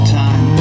time